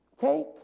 take